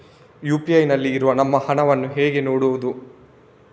UPI ನಲ್ಲಿ ಇರುವ ನಮ್ಮ ಹಣವನ್ನು ಹೇಗೆ ನೋಡುವುದು?